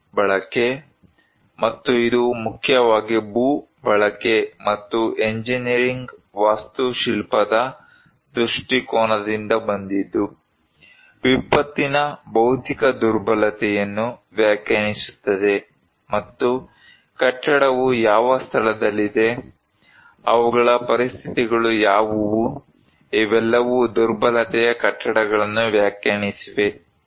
ಭೂ ಬಳಕೆ ಮತ್ತು ಇದು ಮುಖ್ಯವಾಗಿ ಭೂ ಬಳಕೆ ಮತ್ತು ಎಂಜಿನಿಯರಿಂಗ್ ವಾಸ್ತುಶಿಲ್ಪದ ದೃಷ್ಟಿಕೋನದಿಂದ ಬಂದಿದ್ದು ವಿಪತ್ತಿನ ಭೌತಿಕ ದುರ್ಬಲತೆಯನ್ನು ವ್ಯಾಖ್ಯಾನಿಸುತ್ತದೆ ಮತ್ತು ಕಟ್ಟಡವು ಯಾವ ಸ್ಥಳದಲ್ಲಿದೆ ಅವುಗಳ ಪರಿಸ್ಥಿತಿಗಳು ಯಾವುವು ಇವೆಲ್ಲವೂ ದುರ್ಬಲತೆಯ ಕಟ್ಟಡಗಳನ್ನು ವ್ಯಾಖ್ಯಾನಿಸಿವೆ